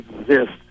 exist